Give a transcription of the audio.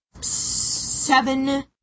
seven